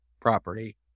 property